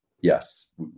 yes